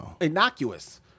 innocuous